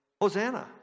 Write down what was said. Hosanna